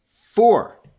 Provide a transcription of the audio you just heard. four